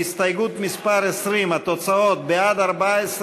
להסתייגות מס' 20, התוצאות: בעד, 14,